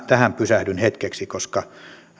tähän pysähdyn hetkeksi koska